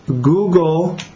Google